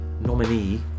nominee